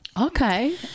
Okay